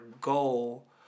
goal